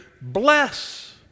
bless